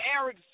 Eric